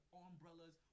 umbrellas